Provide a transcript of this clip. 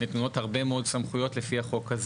נתונות הרבה מאוד סמכויות לפי החוק הזה.